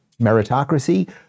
meritocracy